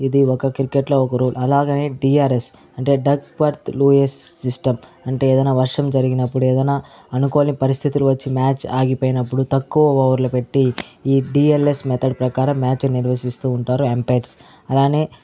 ఇది ఒక క్రికెట్ లో ఒక రూల్ అలాగని డిఆర్ఎస్ అంటే డక్వర్త్ లూయిస్ సిస్టం అంటే ఏదైనా వర్షం జరిగినప్పుడు ఏదైనా అనుకోని పరిస్థితులు వచ్చి మ్యాచ్ ఆగిపోయినప్పుడు తక్కువ ఓవర్లు పెట్టి ఈ డిఎల్ఎస్ మెథడ్ ప్రకారం మ్యాచ్ నిర్వసిస్తూ ఉంటారు ఎంపైర్స్ అలానే